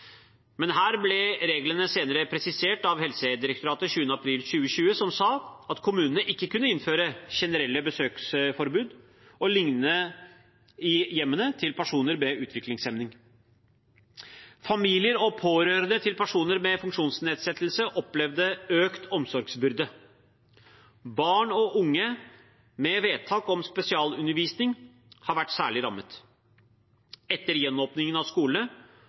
men her ble reglene senere presisert av Helsedirektoratet, 20. april 2020, som sa at kommunene ikke kunne innføre generelle besøksforbud og lignende i hjemmene til personer med utviklingshemning. Familier og pårørende til personer med funksjonsnedsettelse opplevde økt omsorgsbyrde. Barn og unge med vedtak om spesialundervisning har vært særlig rammet. Etter gjenåpningen av skolene